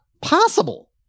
possible